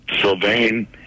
Sylvain